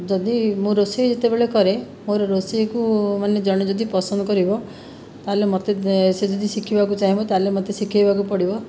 ଯଦି ମୁଁ ରୋଷେଇ ଯେତେବେଳେ କରେ ମୋର ରୋଷେଇକୁ ମାନେ ଜଣେ ଯଦି ପସନ୍ଦ କରିବ ତା'ହେଲେ ମୋତେ ସେ ଯଦି ଶିଖିବାକୁ ଚାହିଁବ ତା'ହେଲେ ମୋତେ ଶିଖାଇବାକୁ ପଡ଼ିବ